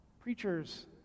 Preachers